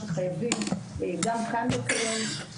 שחייבים גם כאן ---.